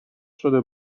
شده